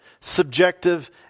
subjective